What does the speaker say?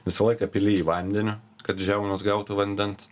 visą laiką pili jį vandeniu kad žiaunos gautų vandens